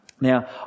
Now